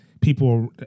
people